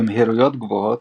במהירויות גבוהות,